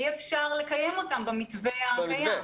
אי אפשר לקיים אותם במתווה הקיים.